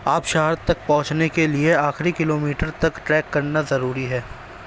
آبشار تک پہنچنے کے لیے آخری کلو میٹر تک ٹریک کرنا ضروری ہے